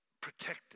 protected